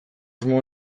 asmo